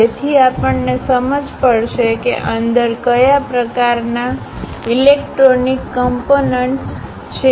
જેથી આપણને સમજ પડશે કે અંદર કયા પ્રકારનાં ઇલેક્ટ્રોનિક કમ્પોનન્ટ્સ છે